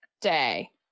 day